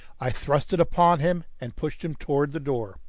i thrust it upon him, and pushed him towards the door.